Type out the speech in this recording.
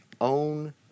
own